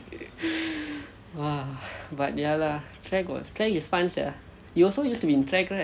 !wah! but ya lah track was track is fun sia you also use to be in track right